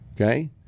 Okay